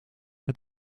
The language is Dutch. het